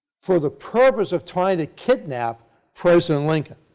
for the purpose of trying to kidnap president lincoln.